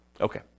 Okay